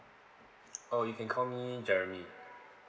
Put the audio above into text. oh you can call me jeremy